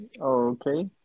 okay